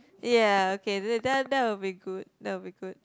yeah okay th~ that that will be good that will be good